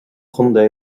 contae